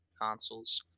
consoles